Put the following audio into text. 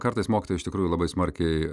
kartais mokytojai iš tikrųjų labai smarkiai